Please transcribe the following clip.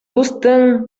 дустың